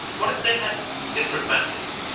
what if they had different masses?